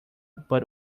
but